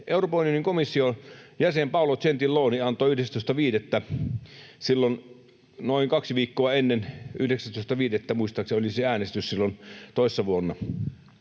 Euroopan unionin komission jäsen Paolo Gentiloni antoi 11.5., noin kaksi viikkoa ennen, kun 19.5. muistaakseni oli se äänestys silloin toissa vuonna